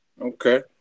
Okay